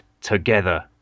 together